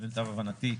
למיטב הבנתי,